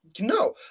no